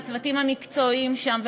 לצוותים המקצועיים שם,